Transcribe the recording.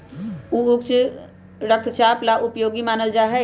ऊ उच्च रक्तचाप ला उपयोगी मानल जाहई